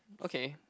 okay